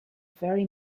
very